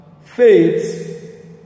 faith